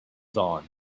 dawn